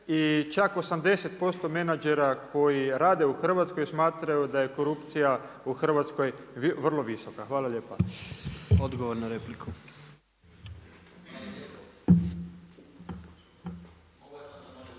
čak 80% menadžera koji rade u Hrvatskoj smatraju da je korupcija u Hrvatskoj vrlo visoka. Hvala lijepa. **Jandroković,